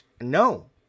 No